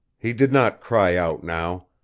he did not cry out now.